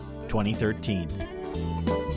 2013